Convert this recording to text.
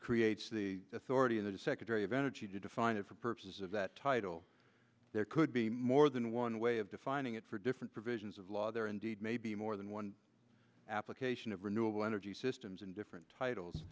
creates the authority of the secretary of energy to define it for purposes of that title there could be more than one way of defining it for different provisions of law there indeed may be more than one application of renewable energy systems in different titles